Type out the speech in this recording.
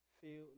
feel